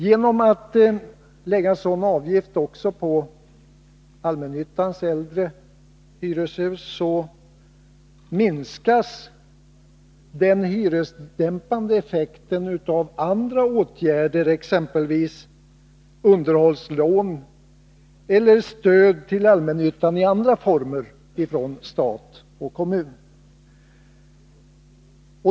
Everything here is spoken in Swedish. Genom att man lägger en sådan avgift också på allmännyttans äldre hyreshus minskas den hyresdämpande effekten av andra åtgärder, exempelvis underhållslån eller stöd till allmännyttan i andra former från stat och kommun.